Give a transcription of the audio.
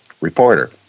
Reporter